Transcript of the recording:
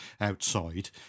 outside